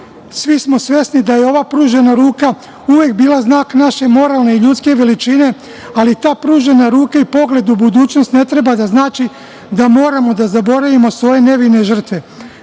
svi smo svesni, da je ova pružena ruka uvek bila znak naše moralne i ljudske veličine, ali ta pružena ruka i pogled u budućnost ne treba da znači da moramo da zaboravimo svoje nevine žrtve.